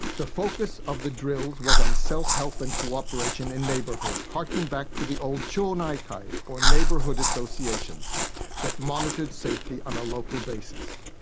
the focus of the drills was on self-help and co-operation in neighbourhoods, harking back to the old chonaikai, or neighbourhood associations that monitored safety on a local basis.